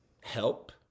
help